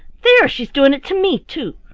there, she's doing it to me, too.